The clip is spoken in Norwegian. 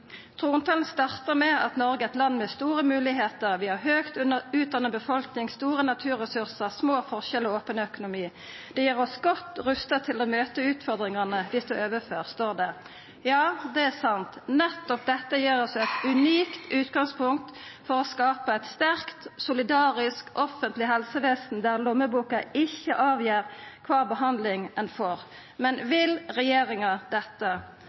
med at Noreg er eit land med store moglegheiter. Vi har ei høgt utdanna befolkning, store naturressursar, små forskjellar og open økonomi. Det gjer oss godt rusta til å møta utfordringane vi står overfor, står det. Ja, det er sant. Nettopp dette gir oss eit unikt utgangspunkt for å skapa eit sterkt, solidarisk offentleg helsevesen, der lommeboka ikkje avgjer kva behandling ein får. Men vil regjeringa dette?